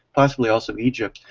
possibly also egypt,